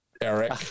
Eric